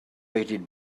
rated